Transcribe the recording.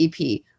EP